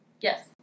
Yes